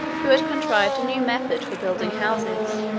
who had contrived a new method for building houses,